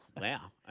Wow